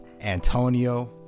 Antonio